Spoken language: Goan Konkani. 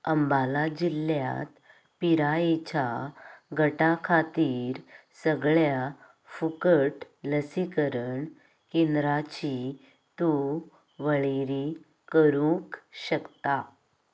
अंबाला जिल्ल्यांत पिरायेच्या गटा खातीर सगळ्यांक फुकट लसीकरण केंद्रांची तूं वळेरी करूंक शकता